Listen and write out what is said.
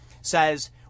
says